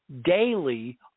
daily